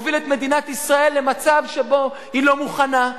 הוא הוביל את מדינת ישראל למצב שבו היא לא מוכנה,